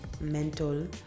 mental